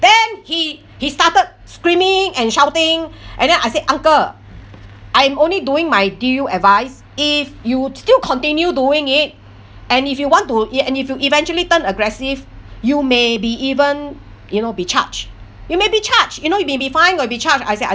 then he he started screaming and shouting and then I say uncle I'm only doing my give you advice if you still continue doing it and if you want to you I~ and if you eventually turned aggressive you may be even you know be charged you may be charged you know you may be fined or be charged I said I